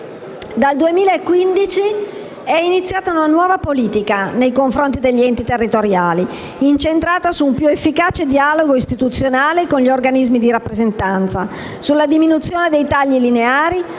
Dal 2015 è iniziata una nuova politica nei confronti degli enti territoriali, incentrata su un più efficace dialogo istituzionale con gli organismi di rappresentanza, sulla diminuzione dei tagli lineari,